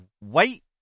Wait